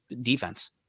defense